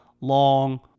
long